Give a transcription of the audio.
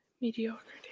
mediocrity